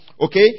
Okay